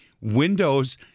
Windows